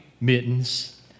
mittens